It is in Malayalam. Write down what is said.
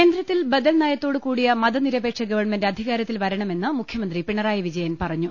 കേന്ദ്രത്തിൽ ബദൽ നയത്തോടുകൂടിയ മതനിരപേക്ഷ ഗവൺമെന്റ് അധികാരത്തിൽ വരണമെന്ന് മുഖ്യമന്ത്രി പിണറായി വിജയൻ പറഞ്ഞു